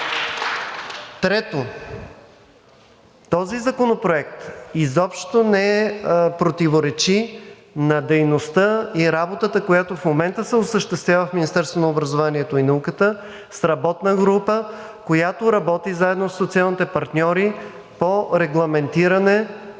Трето, този законопроект изобщо не противоречи на дейността и работата, която в момента се осъществява в Министерството на образованието и науката с работна група, която работи заедно със социалните партньори по регламентиране,